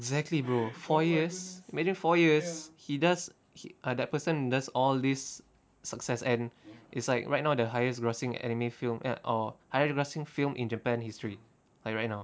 exactly bro four years imagine four years he does he uh that person does all this success and it's like right now the highest grossing anime film eh or highest grossing film in japan history like right now